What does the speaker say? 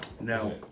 No